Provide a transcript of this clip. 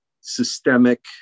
systemic